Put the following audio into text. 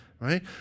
right